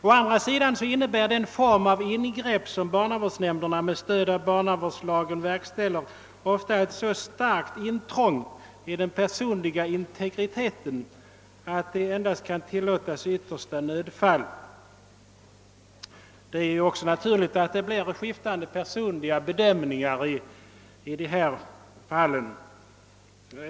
Å andra sidan innebär den form av ingrepp som barnavårdsnämnden med stöd av barnavårdslagen verkställer ofta ett så starkt intrång i den personliga integriteten, att det endast kan tillåtas i yttersta nödfall. Det är då också naturligt att det blir fråga om skiftande personliga bedömningar i dessa fall.